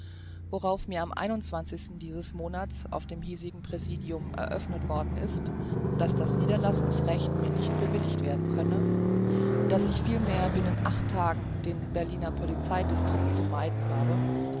worauf mir am sten dieses monats auf dem hiesigen präsidium eröffnet worden ist daß das niederlassungsrecht mir nicht bewilligt werden könne daß ich vielmehr binnen tagen den berliner polizei distrikt zu meiden habe